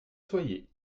soyez